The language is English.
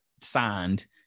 signed